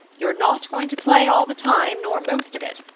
you're not going to play all the time nor most of it.